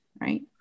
right